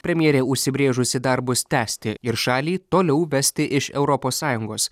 premjerė užsibrėžusi darbus tęsti ir šalį toliau vesti iš europos sąjungos